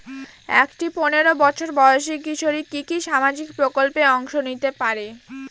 একটি পোনেরো বছর বয়সি কিশোরী কি কি সামাজিক প্রকল্পে অংশ নিতে পারে?